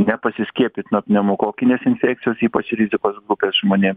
nepasiskiepyt nuo pneumokokinės infekcijos ypač rizikos grupės žmonėm